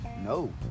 No